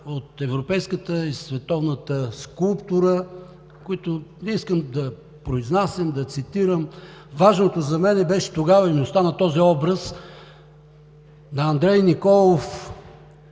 от европейската и световната скулптура, които не искам да произнасям, да цитирам. Важното за мен тогава беше, и ми остана образът на Андрей Николов